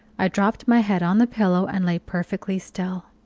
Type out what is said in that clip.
i dropped my head on the pillow and lay perfectly still.